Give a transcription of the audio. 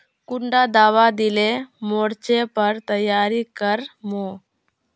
कुंडा दाबा दिले मोर्चे पर तैयारी कर मो?